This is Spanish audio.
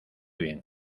bien